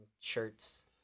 shirts